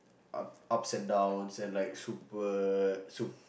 up side down send like super soup